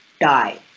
die